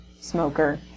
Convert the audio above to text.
smoker